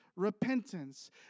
repentance